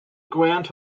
grand